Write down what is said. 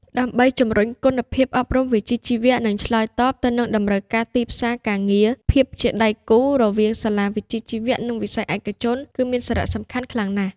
ដើម្បីជំរុញគុណភាពអប់រំវិជ្ជាជីវៈ និងឆ្លើយតបទៅនឹងតម្រូវការទីផ្សារការងារ ភាពជាដៃគូរវាងសាលាវិជ្ជាជីវៈ និងវិស័យឯកជន គឺមានសារៈសំខាន់ខ្លាំងណាស់។